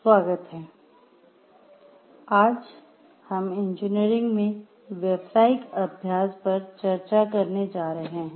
स्वागत है आज हम इंजीनियरिंग में व्यावसायिक अभ्यास पर चर्चा करने जा रहे हैं